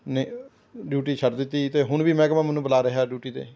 ਨਹੀਂ ਡਿਊਟੀ ਛੱਡ ਦਿੱਤੀ ਅਤੇ ਹੁਣ ਵੀ ਮਹਿਕਮਾ ਮੈਨੂੰ ਬੁਲਾ ਰਿਹਾ ਡਿਊਟੀ 'ਤੇ